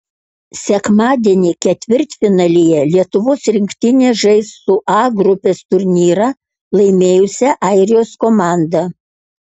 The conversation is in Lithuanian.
sekmadienį ketvirtfinalyje lietuvos rinktinė žais su a grupės turnyrą laimėjusia airijos komanda